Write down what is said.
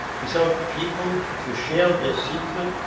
without people to share their secrets,